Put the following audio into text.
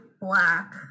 black